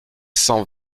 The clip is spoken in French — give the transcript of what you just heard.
cent